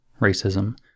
racism